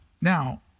Now